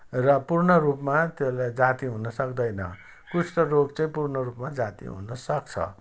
र पूर्ण रूपमा त्यसलाई जाति हुन सक्दैन कुष्ठरोग चाहिँ पूर्ण रूपमा जाति हुन सक्छ